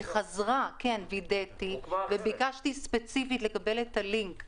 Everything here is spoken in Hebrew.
ביקשתי לקבל את הלינק,